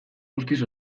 guztiz